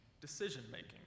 Decision-making